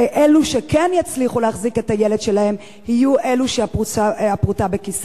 ואלה שכן יצליחו להחזיק את הילד שלהם יהיו אלה שהפרוטה בכיסם.